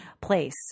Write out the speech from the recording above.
place